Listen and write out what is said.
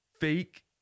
Fake